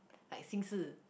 like 心事